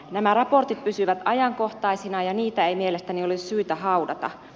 nämä raportit pysyvät ajankohtaisina ja niitä ei mielestäni ole syytä haudata